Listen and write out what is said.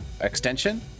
extension